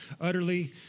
utterly